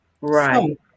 Right